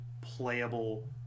playable